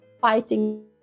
fighting